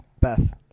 Beth